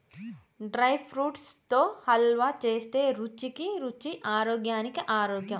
dry fruits తో హల్వా చేస్తే రుచికి రుచి ఆరోగ్యానికి ఆరోగ్యం